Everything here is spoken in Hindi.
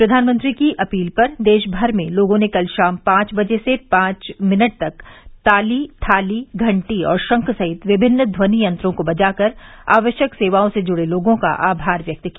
प्रधानमंत्री की अपील पर देश भर में लोगों ने कल शाम पांच बजे से पांच मिनट तक ताली थाली घंटी और शंख सहित विभिन्न ध्वनि यंत्रों को बजाकर आवश्यक सेवाओं से जुड़े लोगों का आभार व्यक्त किया